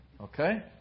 Okay